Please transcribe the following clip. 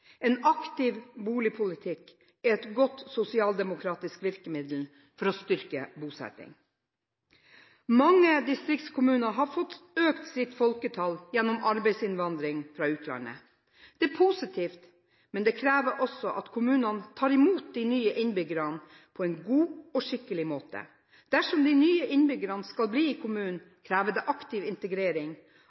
en umulighet. En aktiv boligpolitikk er et godt sosialdemokratisk virkemiddel for å styrke bosettingen. Mange distriktskommuner har fått økt sitt folketall gjennom arbeidsinnvandring fra utlandet. Det er positivt, men det krever også at kommunene tar imot de nye innbyggerne på en god og skikkelig måte. Dersom de nye innbyggerne skal bli i kommunen, krever det aktiv integrering,